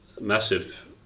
massive